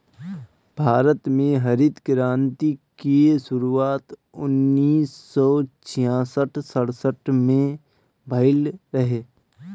भारत में हरित क्रांति के शुरुआत उन्नीस सौ छियासठ सड़सठ में भइल रहे